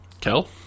Kel